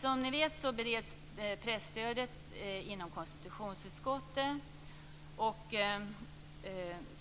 Som ni vet bereds frågan om presstödet inom konstitutionsutskottet.